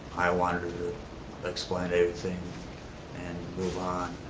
i wanted to explain everything and move on,